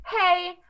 hey